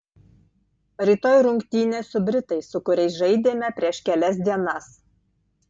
rytoj rungtynės su britais su kuriais žaidėme prieš kelias dienas